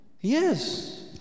Yes